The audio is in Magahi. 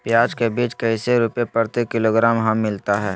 प्याज के बीज कैसे रुपए प्रति किलोग्राम हमिलता हैं?